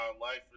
life